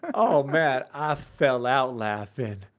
oh man, i fell out laughing.